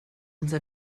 unser